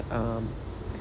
um